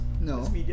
No